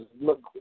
look